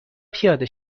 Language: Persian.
پیاده